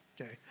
Okay